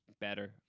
better